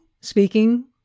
speaking